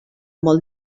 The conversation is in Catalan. molt